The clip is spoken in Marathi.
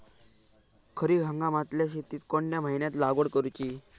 खरीप हंगामातल्या शेतीक कोणत्या महिन्यात लागवड करूची?